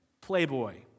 Playboy